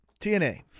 TNA